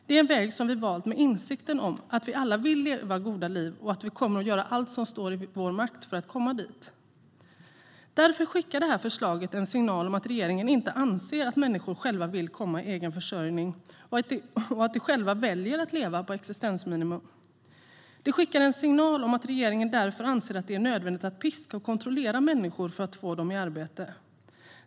Det är en väg som vi har valt med insikten om att vi alla vill leva goda liv och att vi kommer att göra allt som står i vår makt för att komma dit. Därför skickar detta förslag en signal om att regeringen inte anser att människor själva vill komma i egen försörjning och att de själva väljer att leva på existensminimum. Det skickar en signal om att regeringen därför anser att det är nödvändigt att piska och kontrollera människor för att få dem i arbete.